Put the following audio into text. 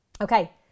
Okay